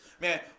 Man